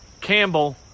Campbell